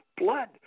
Blood